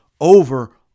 over